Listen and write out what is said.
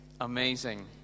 Amazing